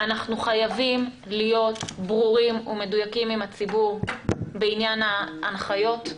אנחנו חייבים להיות ברורים ומדויקים עם הציבור בעניין ההנחיות.